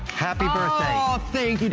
happy birthday.